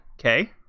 okay